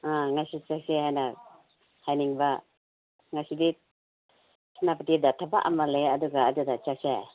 ꯑꯥ ꯉꯁꯤ ꯆꯠꯁꯦ ꯍꯥꯏꯅ ꯍꯥꯏꯅꯤꯡꯕ ꯉꯁꯤꯗꯤ ꯁꯦꯅꯥꯄꯥꯇꯤꯗ ꯊꯕꯛ ꯑꯃ ꯂꯩ ꯑꯗꯨꯒ ꯑꯗꯨꯗ ꯆꯠꯁꯦ